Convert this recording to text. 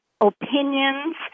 opinions